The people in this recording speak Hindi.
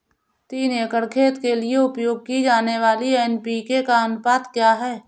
तीन एकड़ खेत के लिए उपयोग की जाने वाली एन.पी.के का अनुपात क्या है?